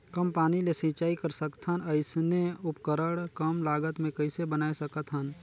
कम पानी ले सिंचाई कर सकथन अइसने उपकरण कम लागत मे कइसे बनाय सकत हन?